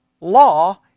law